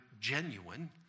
genuine